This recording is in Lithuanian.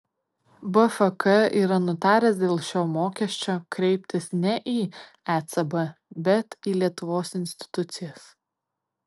bfk yra nutaręs dėl šio mokesčio kreiptis ne į ecb bet į lietuvos institucijas